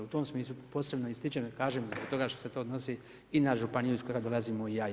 U tom smislu posebno ističem, kažem zbog toga što se to odnosi i na županiju iz koje dolazimo i ja i vi.